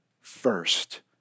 first